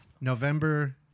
November